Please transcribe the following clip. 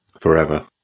forever